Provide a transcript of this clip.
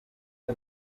bya